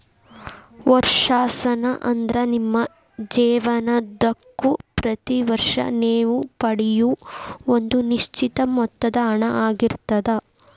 ವರ್ಷಾಶನ ಅಂದ್ರ ನಿಮ್ಮ ಜೇವನದುದ್ದಕ್ಕೂ ಪ್ರತಿ ವರ್ಷ ನೇವು ಪಡೆಯೂ ಒಂದ ನಿಶ್ಚಿತ ಮೊತ್ತದ ಹಣ ಆಗಿರ್ತದ